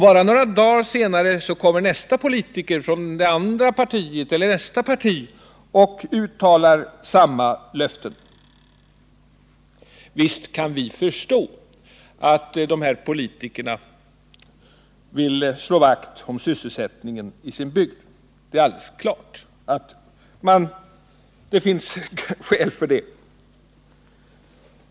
Bara några dagar senare kommer nästa politiker från nästa parti och uttalar samma löfte. Visst kan vi förstå att de här politikerna vill slå vakt om sysselsättningen i sin bygd. Det är alldeles klart att det finns skäl för det.